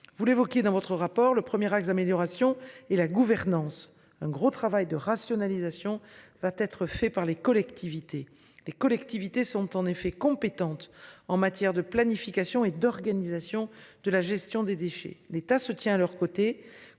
vous l'évoquiez dans votre rapport, le premier à l'amélioration et la gouvernance. Un gros travail de rationalisation va être fait par les collectivités, les collectivités sont en effet compétente en matière de planification et d'organisation de la gestion des déchets, l'État se tient à leurs côtés